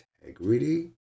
integrity